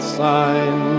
sign